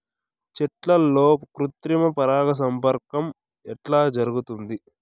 చెట్లల్లో కృత్రిమ పరాగ సంపర్కం ఎట్లా జరుగుతుంది?